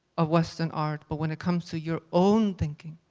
of western art, but when it comes to your own thinking,